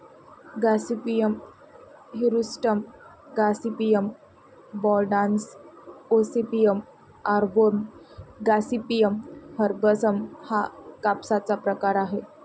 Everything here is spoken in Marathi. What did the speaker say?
Gossypium hirsutum, Gossypium barbadense, Gossypium arboreum, Gossypium herbaceum हा कापसाचा प्रकार आहे